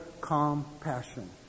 compassion